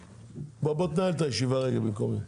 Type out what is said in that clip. בוא תנהל את הישיבה במקומי.